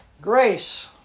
grace